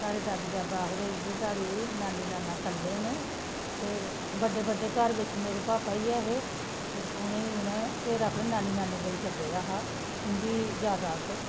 साढ़े दादा दादी आखदे इ'यै गल्ल की नाना नानी कल्ले न ते बड्डे बड्डे घर बिच मेरे भापा ई ऐ हे ते उ'नेंगी उ'नें अपने नाना नानी कोल छड्डे दा हा उं'दी जैदाद उप्पर